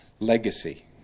legacy